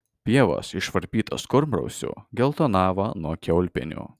pievos išvarpytos kurmrausių geltonavo nuo kiaulpienių